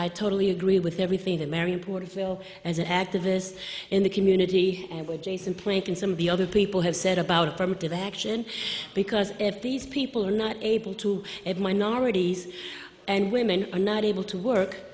i totally agree with everything that marion porterfield as an activist in the community and with jason plank and some of the other people have said about affirmative action because if these people are not able to get minorities and women are not able to work